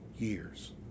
years